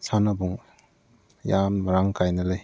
ꯁꯥꯟꯅꯕꯨꯡ ꯌꯥꯝ ꯃꯔꯥꯡ ꯀꯥꯏꯅ ꯂꯩ